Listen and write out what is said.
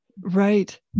Right